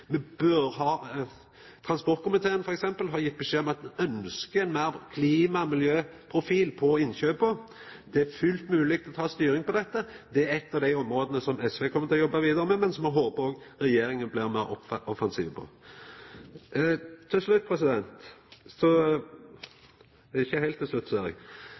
Transportkomiteen, f.eks., har gjeve beskjed om at me ønskjer meir klima- og miljøprofil på innkjøpa. Det er fullt mogleg å ta styring på dette. Det er eitt av dei områda som SV kjem til å jobba vidare med, men som me håper at òg regjeringa blir meir offensiv